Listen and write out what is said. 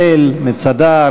מצדה,